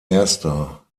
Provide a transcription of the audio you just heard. erster